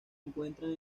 encuentran